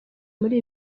muri